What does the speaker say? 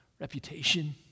reputation